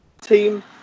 team